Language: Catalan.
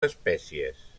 espècies